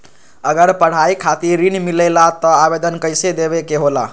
अगर पढ़ाई खातीर ऋण मिले ला त आवेदन कईसे देवे के होला?